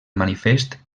manifest